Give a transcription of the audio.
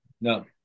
no